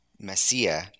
Messiah